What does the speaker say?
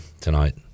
tonight